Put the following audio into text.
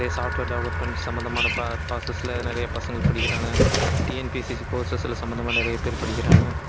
நிறைய software developments சம்மந்தமான ப ப்ராஸ்சஸில் நிறைய பசங்க படிக்கிறாங்க டிஎன்பிசி கோர்சஸில் சம்பந்தமாக நிறைய பேர் படிக்கிறாங்க